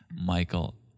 Michael